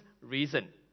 reason